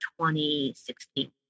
2016